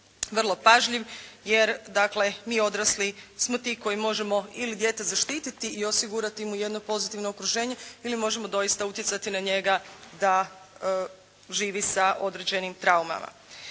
vrlo pažljiv jer dakle mi odrasli smo ti koji možemo ili dijete zaštiti i osigurati mu jedno pozitivno okruženje ili možemo doista utjecati na njega da živi sa određenim traumama.